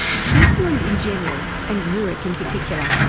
switzerland in general, and zurich in particular,